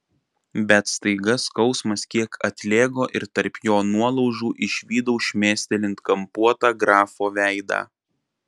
bet staiga skausmas kiek atlėgo ir tarp jo nuolaužų išvydau šmėstelint kampuotą grafo veidą